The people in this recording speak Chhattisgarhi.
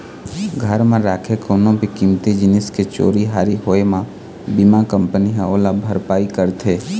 घर म राखे कोनो भी कीमती जिनिस के चोरी हारी होए म बीमा कंपनी ह ओला भरपाई करथे